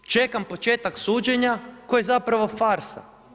Čekam početak suđenja koje je zapravo farsa.